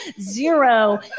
zero